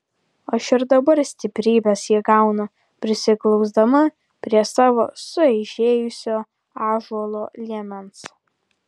aš ir dabar stiprybės įgaunu prisiglausdama prie savo sueižėjusio ąžuolo liemens